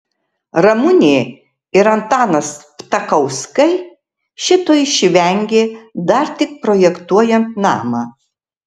ramunė ir antanas ptakauskai šito išvengė dar tik projektuojant namą